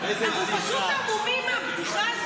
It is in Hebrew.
אנחנו פשוט המומים מהבדיחה.